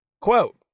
Quote